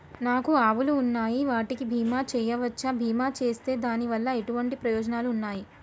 నాకు ఆవులు ఉన్నాయి వాటికి బీమా చెయ్యవచ్చా? బీమా చేస్తే దాని వల్ల ఎటువంటి ప్రయోజనాలు ఉన్నాయి?